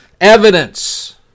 Evidence